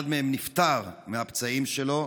אחד מהם נפטר מהפצעים שלו,